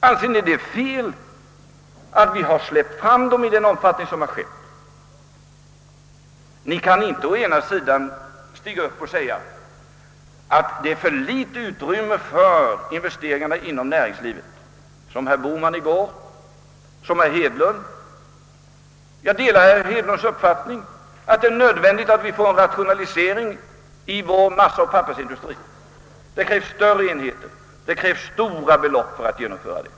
Anser ni det felaktigt att vi har släppt fram dem i den omfattning som har skett? Det är för litet utrymme för investeringarna inom näringslivet, ansåg herr Bohman i går, och även herr Hedlund har sagt detta. Jag delar herr Hedlunds uppfattning att det är nödvändigt att få till stånd en rationalisering av massaoch pappersindustrien och övergång till större enheter. Det krävs stora belopp för att genomföra detta.